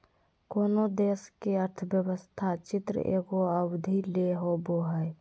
कोनो देश के अर्थव्यवस्था चित्र एगो अवधि ले होवो हइ